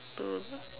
don't know